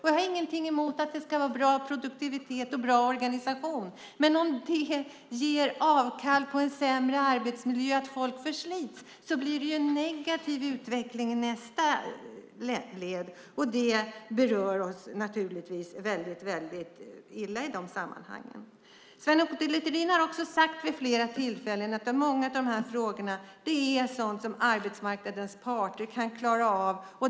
Jag har ingenting emot att det ska vara bra produktivitet och bra organisation, men om det innebär att man gör avkall på arbetsmiljön och att folk förslits blir det en negativ utveckling i nästa led. Det berör oss naturligtvis illa. Sven Otto Littorin har också vid flera tillfällen sagt att många av de här frågorna är sådant som arbetsmarknadens parter kan klara av.